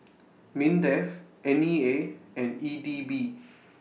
Mindef N E A and E D B